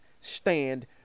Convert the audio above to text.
stand